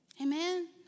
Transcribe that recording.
Amen